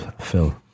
Phil